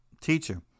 teacher